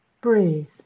Breathe